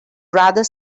rather